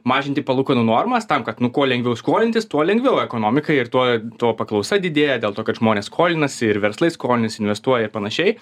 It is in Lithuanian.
mažinti palūkanų normas tam kad nu kuo lengviau skolintis tuo lengviau ekonomikai ir tuo tuo paklausa didėja dėl to kad žmonės skolinasi ir verslai skolinasi investuoja ir panašiai